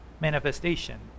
manifestation